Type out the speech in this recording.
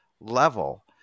level